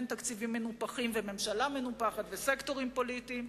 תקציבים מנופחים וממשלה מנופחת וסקטורים פוליטיים,